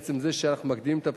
מעצם זה שאנחנו מקדימים את הבחירות,